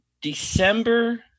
December